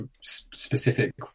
specific